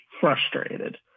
frustrated